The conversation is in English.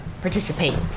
participate